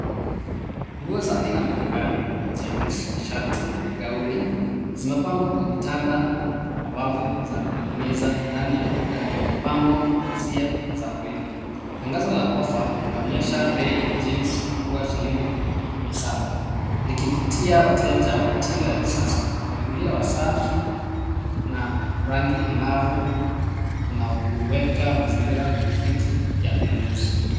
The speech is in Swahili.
Nguo za aina mbalimbali jeans mashati na gown zimepangwa kwa vitanda na wavu za kuning'iniza ndani ya duka lenye mapambo, pazia za waridi. Tangazo la ofa linaonyesha bei ya jeans kuwa shilingi mia saba likivutia wateja wa mitindo ya kisasa. Mpangilio wa safi na rangi angavu unaweka mazingira rafiki ya ununuzi.